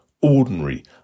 ordinary